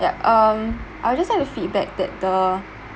yup um I will just like to feedback that the